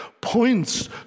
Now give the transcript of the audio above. points